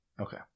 Okay